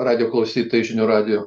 radijo klausytojai žinių radijo